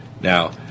Now